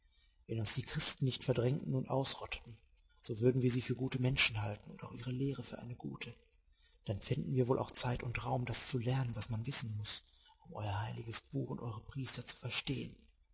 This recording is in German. wenn uns die christen nicht verdrängten und ausrotteten so würden wir sie für gute menschen halten und auch ihre lehre für eine gute dann fänden wir wohl auch zeit und raum das zu lernen was man wissen muß um euer heiliges buch und eure priester zu verstehen